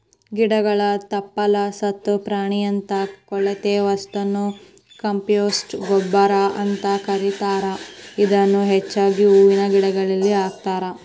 ಗಿಡಗಳ ತಪ್ಪಲ, ಸತ್ತ ಪ್ರಾಣಿಯಂತ ಕೊಳೆತ ವಸ್ತುನ ಕಾಂಪೋಸ್ಟ್ ಗೊಬ್ಬರ ಅಂತ ಕರೇತಾರ, ಇದನ್ನ ಹೆಚ್ಚಾಗಿ ಹೂವಿನ ಗಿಡಗಳಿಗೆ ಹಾಕ್ತಾರ